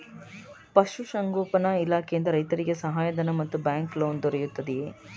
ಪಶು ಸಂಗೋಪನಾ ಇಲಾಖೆಯಿಂದ ರೈತರಿಗೆ ಸಹಾಯ ಧನ ಮತ್ತು ಬ್ಯಾಂಕ್ ಲೋನ್ ದೊರೆಯುತ್ತಿದೆಯೇ?